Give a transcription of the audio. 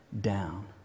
down